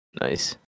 Nice